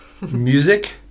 music